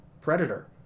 predator